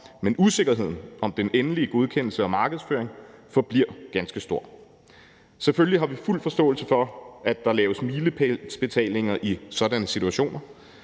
men usikkerheden om den endelige godkendelse og markedsføring forbliver ganske stor. Selvfølgelig har vi fuld forståelse for, at der laves milepælsbetalinger i sådanne situationer,